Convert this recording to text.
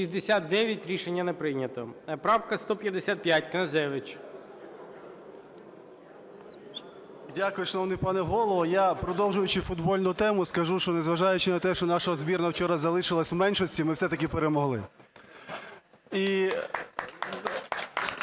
За-69 Рішення не прийнято. Правка 155, Князевич. 17:12:47 КНЯЗЕВИЧ Р.П. Дякую, шановний пане Голово. Я, продовжуючи футбольну тему, скажу, що, незважаючи на те, що наша збірна вчора залишилась в меншості, ми все-таки перемогли. І